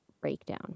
breakdown